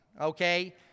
okay